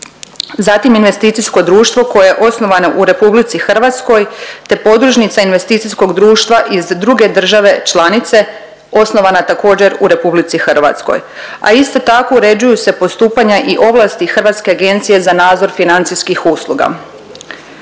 zatim investicijsko društvo koje je osnovano u RH te podružnica investicijskog društva iz druge države članice osnovana također u RH, a isto tako uređuju se postupanja i ovlasti Hrvatske agencije za nadzor financijskih usluga.